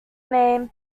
name